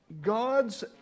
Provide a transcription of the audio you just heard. God's